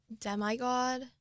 Demi-god